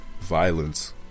violence